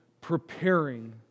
preparing